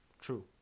True